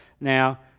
now